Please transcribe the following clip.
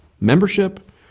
membership